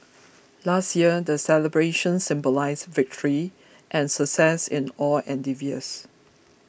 last year the celebrations symbolised victory and success in all endeavours